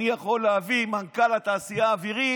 אני יכול להביא מנכ"ל לתעשייה האווירית?